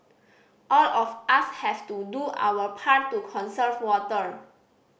all of us have to do our part to conserve water